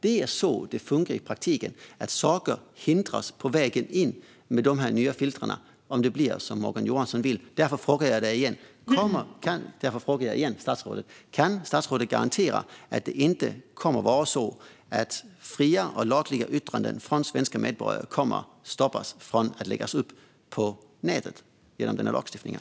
Det är så det funkar i praktiken, att saker hindras på vägen in med de nya filtren, om det blir som Morgan Johansson vill. Därför frågar jag igen: Kan statsrådet garantera att inte fria och lagliga yttranden från svenska medborgare kommer att stoppas från att läggas ut på nätet genom den här lagstiftningen?